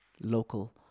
local